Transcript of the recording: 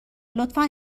لطفا